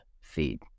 feed